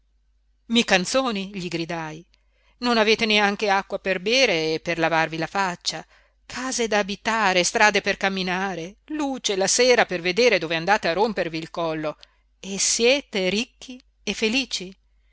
i canzoni gli gridai non avete neanche acqua per bere e per lavarvi la faccia case da abitare strade per camminare luce la sera per vedere dove andate a rompervi il collo e siete ricchi e felici